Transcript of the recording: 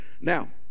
Now